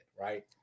right